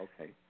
okay